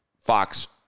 Fox